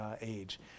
age